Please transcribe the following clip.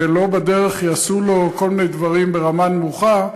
ולא בדרך יעשו לו כל מיני דברים ברמה נמוכה,